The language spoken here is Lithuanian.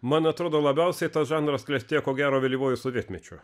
man atrodo labiausiai tas žanras klestėjo ko gero vėlyvuoju sovietmečiu